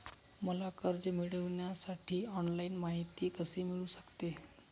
मला कर्ज मिळविण्यासाठी ऑनलाइन माहिती कशी मिळू शकते?